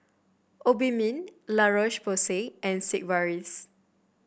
Obimin La Roche Porsay and Sigvaris